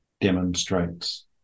demonstrates